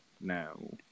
no